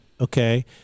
Okay